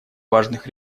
важных